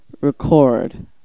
record